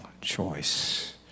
choice